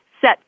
set